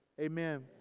Amen